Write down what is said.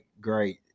great